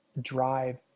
drive